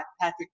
Patrick